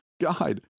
God